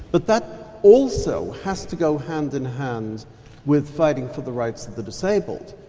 but that also has to go hand in hand with fighting for the rights of the disabled.